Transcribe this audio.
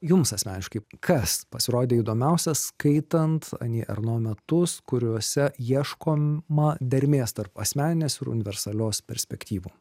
jums asmeniškai kas pasirodė įdomiausia skaitant ani erno metus kuriuose ieškoma dermės tarp asmeninės ir universalios perspektyvų